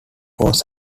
was